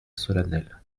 solennelle